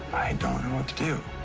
don't know what to do.